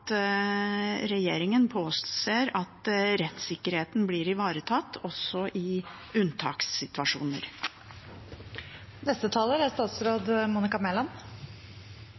regjeringen påser at rettssikkerheten blir ivaretatt også i